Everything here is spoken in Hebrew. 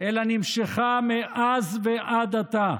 אלא נמשכה מאז ועד עתה.